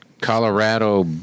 Colorado